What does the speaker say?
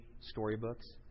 storybooks